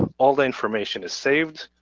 um all the information is saved.